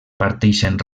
parteixen